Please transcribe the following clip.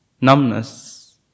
numbness